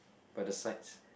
by the sides